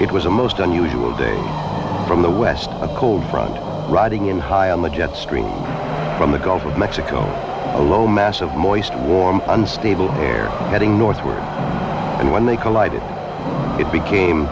it was a most unusual day from the west a cold front riding in high on the jet stream from the gulf of mexico a low mass of moist warm unstable air heading northward and when they collided it became